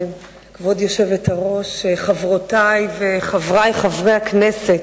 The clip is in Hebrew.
כבוד היושבת-ראש, חברותי וחברי חברי הכנסת,